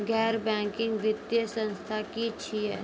गैर बैंकिंग वित्तीय संस्था की छियै?